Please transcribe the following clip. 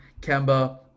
Kemba